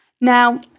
Now